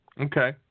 Okay